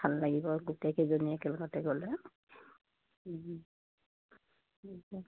ভাল লাগিব গোটেই কেইজনীয়ে একেলগতে গ'লে